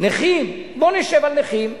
בוא נשב על מחיר.